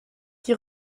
qui